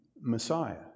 Messiah